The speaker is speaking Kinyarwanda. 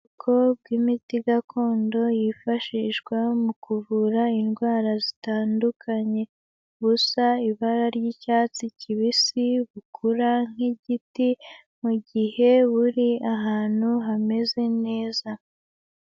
Ubwoko bw'imiti gakondo yifashishwa mu kuvura indwara zitandukanye, busa ibara ry'icyatsi kibisi bukura nk'igiti mu gihe buri ahantu hameze neza.